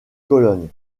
cologne